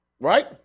right